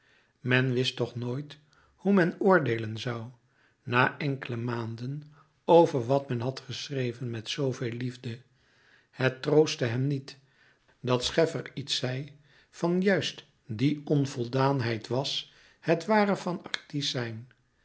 men wist toch nooit hoe men oordeelen zoû na enkele maanden over wat men had geschreven met zooveel liefde het troostte hem niet dat scheffer iets zei van juist die onvoldaanheid was het ware van